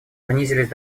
понизились